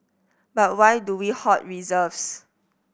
but why do we hoard reserves